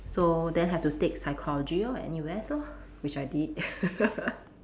so then have to take psychology lor at N_U_S lor which I did